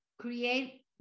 create